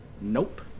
Nope